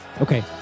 Okay